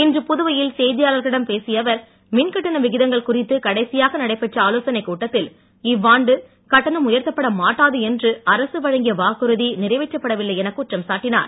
இன்று புதுவையில் செய்தியாளர்களிடம் பேசிய அவர் மின் கட்டண விகிதங்கள் குறித்து கடைசியாக நடைபெற்ற ஆலோசனைக் கூட்டத்தில் இவ்வாண்டு கட்டணம் உயர்த்தப்பட மாட்டாது என்று அரசு வழங்கிய வாக்குறுதி நிறைவேற்றப்பட வில்லை எனக் குற்றம் சாட்டினார்